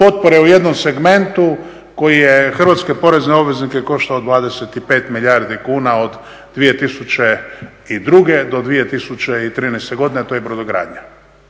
potpore u jednom segmentu koji je hrvatske porezne obveznike koštao 25 milijardi kuna od 2002. do 2013. godine, a to je brodogradnja.